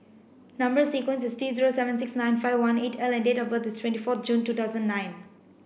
number sequence is T zero seven six nine five one eight L and date of birth is twenty four June two thousand nine